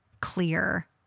clear